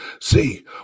see